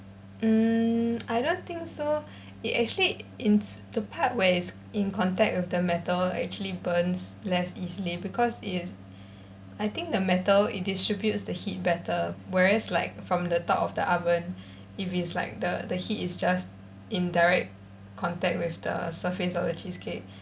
mm I don't think so it actually in the part where it's in contact with the metal actually burns less easily because it's I think the metal distributes the heat better whereas like from the top of the oven if it's like the the heat is just in direct contact with the surface of the cheesecake